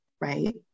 right